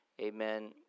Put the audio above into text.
Amen